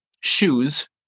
shoes